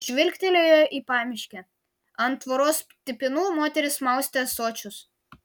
žvilgtelėjo į pamiškę ant tvoros stipinų moteris maustė ąsočius